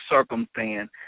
circumstance